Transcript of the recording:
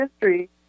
history